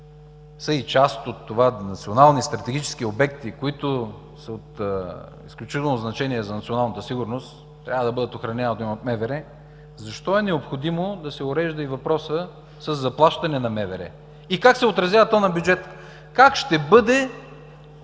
са част от това, национални стратегически обекти, които са от изключително значение за националната сигурност – трябва да бъдат охранявани от МВР, защо е необходимо да се урежда и въпросът със заплащане на МВР? Как се отразява то на бюджета и как ще бъде